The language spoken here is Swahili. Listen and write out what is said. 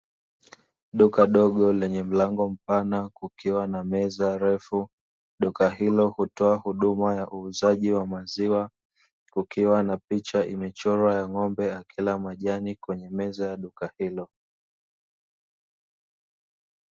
Duka dogo lenye mlango mpana kukiwa na meza refu, duka hilo hutoa huduma ya uuzaji wa maziwa, kukiwa na picha imechorwa ya ng'ombe akila majani kwenye meza ya duka hilo.